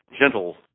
gentle